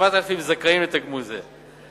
7,000 זכאים לתגמול זה.